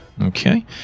Okay